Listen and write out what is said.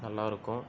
நல்லாருக்கும்